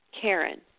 Karen